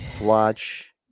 Watch